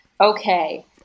okay